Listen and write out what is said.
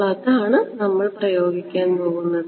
അപ്പോൾ അതാണ് നമ്മൾ പ്രയോഗിക്കാൻ പോകുന്നത്